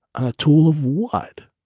ah tool of what?